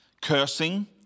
Cursing